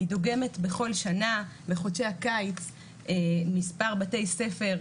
היא דוגמת בכל שנה מחודשי הקיץ מספר בתי ספר,